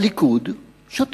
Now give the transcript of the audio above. והליכוד שותק.